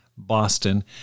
boston